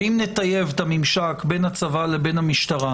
שאם נטייב את הממשק בין הצבא לבין המשטרה,